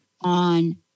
on